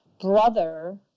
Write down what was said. brother